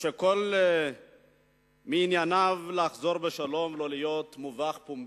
כשכל מעייניו לחזור בשלום ולא להיות מובך פנימית.